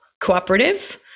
cooperative